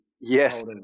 Yes